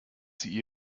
sie